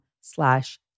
slash